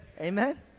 Amen